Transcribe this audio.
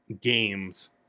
games